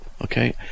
Okay